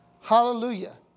Hallelujah